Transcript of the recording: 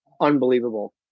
unbelievable